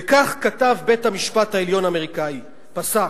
וכך כתב בית-המשפט העליון האמריקני, פסק: